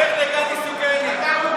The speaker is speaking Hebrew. לא מדבר איתך.